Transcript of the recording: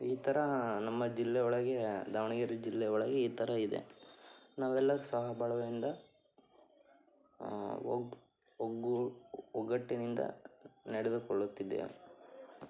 ಈ ಥರ ನಮ್ಮ ಜಿಲ್ಲೆ ಒಳಗೆ ದಾವಣಗೆರೆ ಜಿಲ್ಲೆ ಒಳಗೆ ಈ ಥರ ಇದೆ ನಾವೆಲ್ಲರೂ ಸಹ ಬಾಳ್ವೆಯಿಂದ ಒಗ್ ಒಗ್ಗೂ ಒಗ್ಗಟ್ಟಿನಿಂದ ನಡೆದುಕೊಳ್ಳುತ್ತಿದ್ದೇವೆ